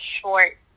short